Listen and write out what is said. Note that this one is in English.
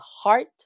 heart